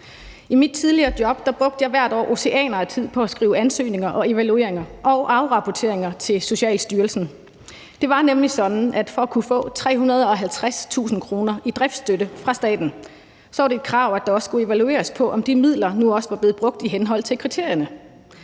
I mit tidligere job brugte jeg hvert år oceaner af tid på at skrive ansøgninger, evalueringer og afrapporteringer til Socialstyrelsen. Det var nemlig sådan, at for at kunne få 350.000 kr. i driftsstøtte fra staten var det et krav, at der også skulle evalueres på, om de midler nu også var blevet brugt i henhold til kriterierne.